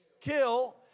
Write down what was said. kill